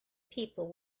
people